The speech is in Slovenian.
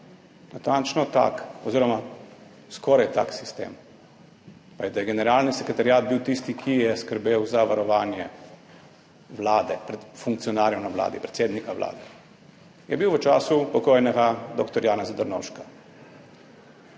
Natančno tak oziroma skoraj tak sistem, da je generalni sekretariat bil tisti, ki je skrbel za varovanje funkcionarjev na Vladi, predsednika Vlade je bil v času pokojnega dr. Janeza Drnovška.